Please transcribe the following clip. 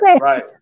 Right